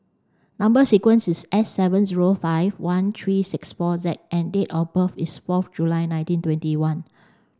number sequence is S seven zero five one three six four Z and date of birth is fourth July one nineteen twenty one